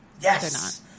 yes